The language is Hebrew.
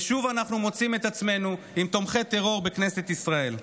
ושוב אנחנו מוצאים את עצמנו עם תומכי טרור בכנסת ישראל.